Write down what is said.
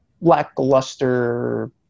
lackluster